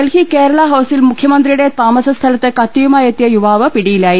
ഡൽഹി ്കേരള ഹൌസിൽ മുഖ്യമന്ത്രിയുടെ താമസ സ്ഥലത്ത് കത്തിയുമായെത്തിയ യുവാവ് പിടിയിലായി